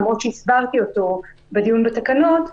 למרות שהסברתי אותו בדיון בתקנות,